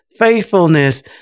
Faithfulness